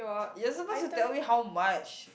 you're supposed to tell me how much